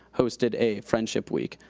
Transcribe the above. hosted a friendship week,